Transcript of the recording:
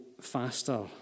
faster